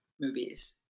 movies